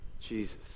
Jesus